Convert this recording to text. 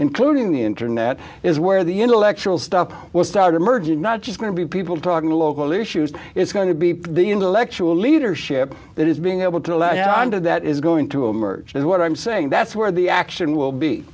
including the internet is where the intellectual stop will start emerging not just going to be people talking to local issues it's going to be the intellectual leadership that is being able to lead on to that is going to emerge and what i'm saying that's where the action will be